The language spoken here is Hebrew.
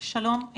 שלום,